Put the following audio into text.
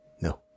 No